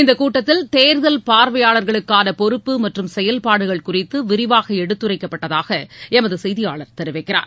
இந்தக் கூட்டத்தில் தேர்தல் பார்வையாளர்களுக்கானபொறுப்பு மற்றம் செயல்பாடுகள் குறித்துவிரிவாகஎடுத்துரைக்கப்பட்டதாகஎமதுசெய்தியாளர் தெரிவிக்கிறார்